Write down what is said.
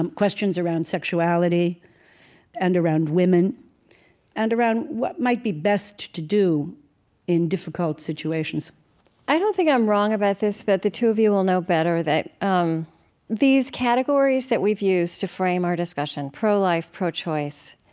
um questions around sexuality and around women and around what might be best to do in difficult situations i don't think i'm wrong about this, but the two of you will know better that um these categories that we've used to frame our discussion pro-life, pro-choice